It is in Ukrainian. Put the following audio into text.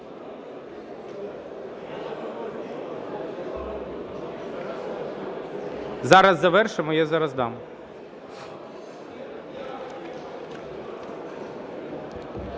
Зараз завершимо, я зараз дам.